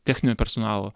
techninio personalo